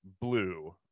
Blue